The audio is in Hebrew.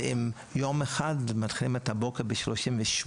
אם יום אחד מתחילים את הבוקר ב-38,